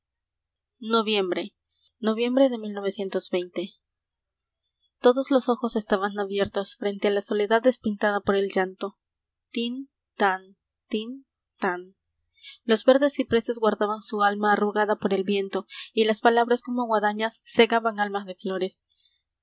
oviem bre oviem bre de odos ios ojos t estaban abiertos frente a la soledad despintada por el llanto tin tan tin tan los verdes cipreses guardaban su alma arrugada por el viento y las palabras como guadañas segaban almas dé flores